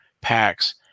packs